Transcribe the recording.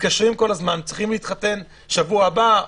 מתקשרים כל הזמן צריכים להתחתן שבוע הבא,